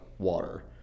water